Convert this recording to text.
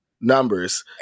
numbers